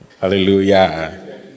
Hallelujah